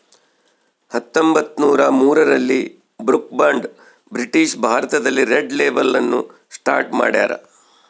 ಹತ್ತೊಂಬತ್ತುನೂರ ಮೂರರಲ್ಲಿ Brooke Bond British ಭಾರತದಲ್ಲಿ ರೆಡ್ ಲೇಬಲ್ ಅನ್ನು ಸ್ಟಾರ್ಟ್ ಮಾಡ್ಯಾರ